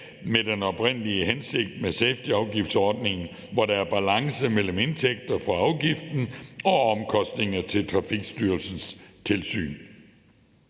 var den oprindelige hensigt med safetyafgiftsordningen, nemlig at der er balance mellem indtægter fra afgiften og omkostninger til Trafikstyrelsens tilsyn.